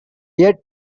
yet